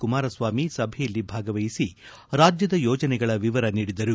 ಕುಮಾರಸ್ವಾಮಿ ಸಭೆಯಲ್ಲಿ ಭಾಗವಹಿಸಿ ರಾಜ್ಯದ ಯೋಜನೆಗಳ ವಿವರ ನೀಡಿದರು